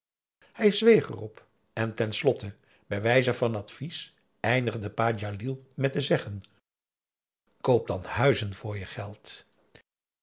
hij zweeg erop en ten slotte bij wijze van advies eindigde pa djalil met te zeggen koop dan huizen voor je geld